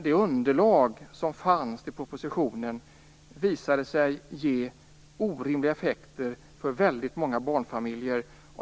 Det underlag som fanns till propositionen visade sig ge orimliga effekter för väldigt många barnfamiljer.